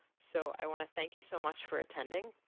so i want to thank you so much for attending.